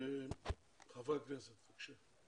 חברי הכנסת, בבקשה.